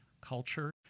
culture